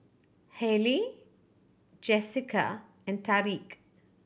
Halie Jesica and Tariq